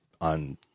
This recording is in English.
on